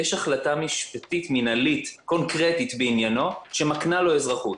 יש החלטה משפטית-מנהלית קונקרטית בעניינו שמקנה לו אזרחות.